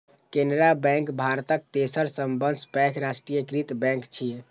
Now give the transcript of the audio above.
Canara bank भारतक तेसर सबसं पैघ राष्ट्रीयकृत बैंक छियै